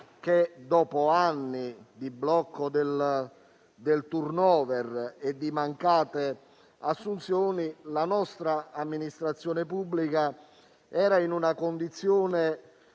che, dopo anni di blocco del *turnover* e di mancate assunzioni, la nostra amministrazione pubblica era incapace di